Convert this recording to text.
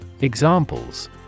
Examples